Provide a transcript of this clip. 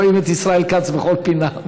רואים את ישראל כץ בכל פינה,